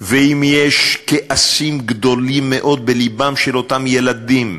ואם יש כעסים גדולים מאוד בלבם של אותם ילדים,